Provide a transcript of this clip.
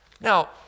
now